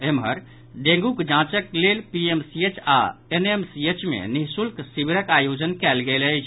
एम्हर डेंगूक जांचक लेल पीएमसीएच आओर एनएमसीएच मे निःशुल्क शिविरक आयोजन कयल गेल अछि